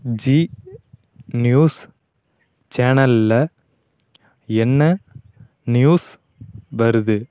ஜீ நியூஸ் சேனலில் என்ன நியூஸ் வருது